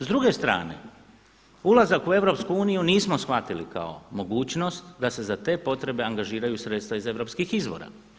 S druge strane, ulazak u EU nismo shvatili kao mogućnost da se za te potrebe angažiraju sredstva iz EU izvora.